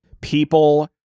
people